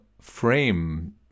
frame